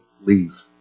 leave